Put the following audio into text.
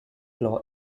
claw